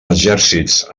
exèrcits